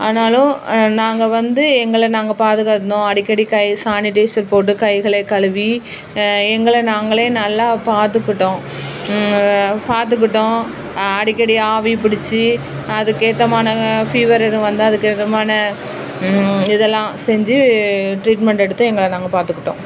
ஆனாலும் நாங்கள் வந்து எங்களை நாங்க பாதுகாத்திருந்தோம் அடிக்கடி கையை சானிடைசர் போட்டு கைகளை கழுவி எங்களை நாங்களே நல்லா பார்த்துக்கிட்டோம் பார்த்துக்கிட்டோம் அடிக்கடி ஆவி பிடிச்சு அதுக்கேற்றமான ஃபீவர் எதுவும் வந்தால் அதுக்கேத்தமான இதெல்லாம் செஞ்சு ட்ரீட்மெண்ட் எடுத்து எங்களை நாங்கள் பார்த்துக்கிட்டோம்